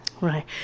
Right